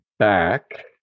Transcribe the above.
Back